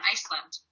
Iceland